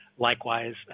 Likewise